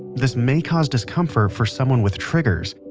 this may cause discomfort for someone with triggers,